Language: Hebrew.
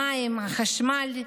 מים וחשמל?